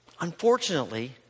Unfortunately